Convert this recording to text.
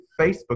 Facebook